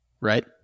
right